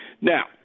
Now